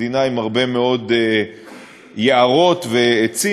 מדינה עם הרבה מאוד יערות ועצים,